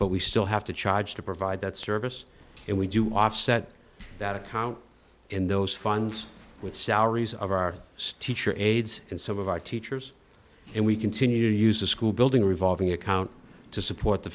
but we still have to charge to provide that service and we do offset that account in those funds with salaries of our state your aides and some of our teachers and we continue to use a school building revolving account to support the